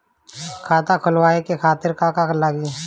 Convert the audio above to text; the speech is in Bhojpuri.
खाता खोलवाए खातिर का का लागी?